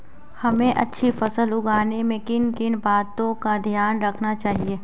हमें अच्छी फसल उगाने में किन किन बातों का ध्यान रखना चाहिए?